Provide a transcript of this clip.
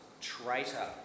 traitor